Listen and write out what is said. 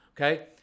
okay